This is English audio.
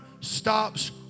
stops